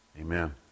Amen